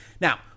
Now